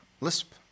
Lisp